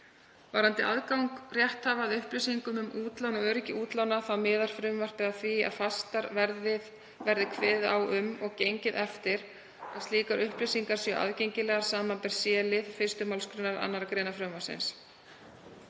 Varðandi aðgang rétthafa að upplýsingum um útlán og öryggi útlána miðar frumvarpið að því að fastar verði kveðið á um og gengið eftir að slíkar upplýsingar séu aðgengilegar, samanber c-lið 1. mgr. 2. gr. frumvarpsins.